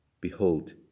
Behold